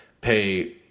pay